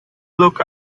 look